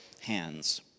hands